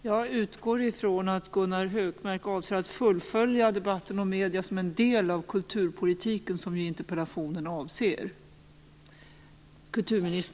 Jag utgår ifrån att Gunnar Hökmark avser att fullfölja debatten om medierna som en del av kulturpolitiken, som ju interpellationen avser.